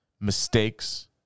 mistakes